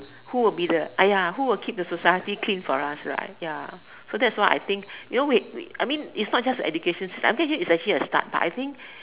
who will be the !aiay! who will keep the society clean for us right ya so that's why I think you know we we I mean it's not just the education system I'm sure yes it's actually a start but I think